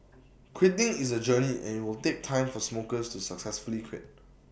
quitting is A journey and IT will take time for smokers to successfully quit